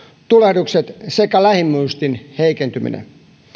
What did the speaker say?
tulehdukset sekä lähimuistin heikentyminen